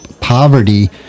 poverty